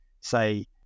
say